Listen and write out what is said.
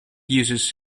uses